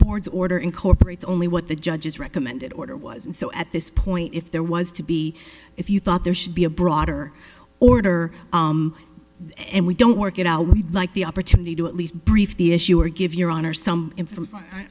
board's order incorporates only what the judges recommended order was and so at this point if there was to be if you thought there should be a broader order and we don't work it out we'd like the opportunity to at least brief the issue or give your honor some i